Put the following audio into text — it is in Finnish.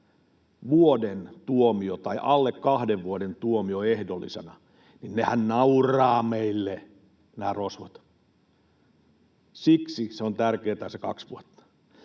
Vuoden tuomio tai alle kahden vuoden tuomio ehdollisena — nehän nauravat meille, nämä rosvot. Siksi on tärkeätä se kaksi vuotta.